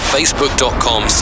Facebook.com